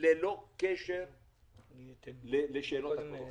ללא קשר לשאלות הקורונה.